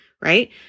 right